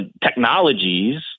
Technologies